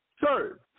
Sir